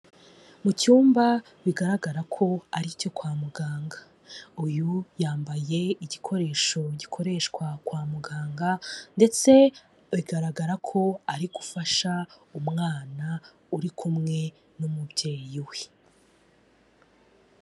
Icyumba bigaragara ko ari icyo kwa muganga, uyu yambaye igikoresho gikoreshwa kwa muganga ndetse bigaragara ko ari gufasha umwana uri kumwe n'umubyeyi we.